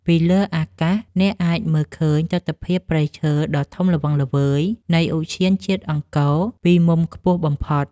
ពីលើអាកាស អ្នកអាចមើលឃើញទិដ្ឋភាពព្រៃឈើដ៏ធំល្វឹងល្វើយនៃឧទ្យានជាតិអង្គរពីមុំខ្ពស់បំផុត។